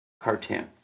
cartoon